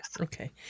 okay